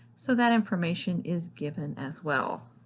so that information is given as well.